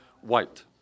white